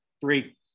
Three